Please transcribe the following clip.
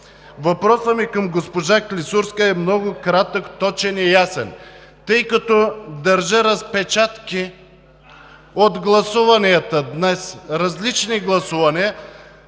Въпросът ми към госпожа Клисурска е много кратък, точен и ясен: тъй като държа разпечатки от гласуванията днес, различни гласувания,